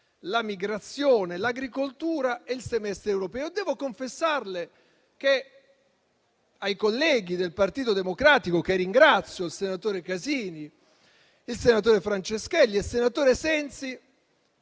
la migrazione, l'agricoltura e il semestre europeo. Devo confessarle che ai colleghi del Gruppo, che ringrazio (il senatore Casini, il senatore Franceschelli e il senatore Sensi),